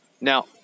Now